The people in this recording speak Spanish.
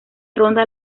ronda